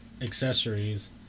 Accessories